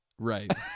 Right